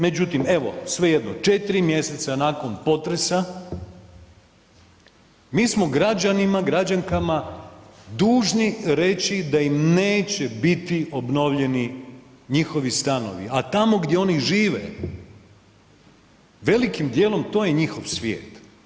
Međutim, evo svejedno, 4 mjeseca nakon potresa mi smo građanima, građankama dužni reći da im neće biti obnovljeni njihovi stanovi, a tamo gdje oni žive, velikim dijelom to je njihov svijet.